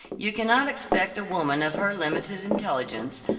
you cannot expect a woman of her limited intelligence,